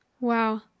Wow